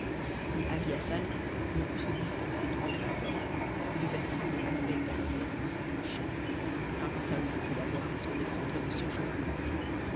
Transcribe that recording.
et hagi hassan ne put se dispenser d'ouvrir la porte et de faire signe à la belle ersienne de s'approcher aqn que saouy pût la voir sans descendre de son cheval